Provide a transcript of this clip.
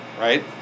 right